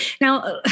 Now